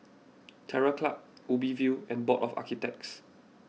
Terror Club Ubi View and Board of Architects